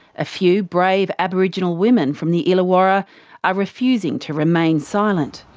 a few brave aboriginal women from the illawarra are refusing to remain silent.